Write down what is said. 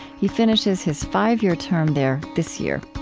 he finishes his five-year term there this year.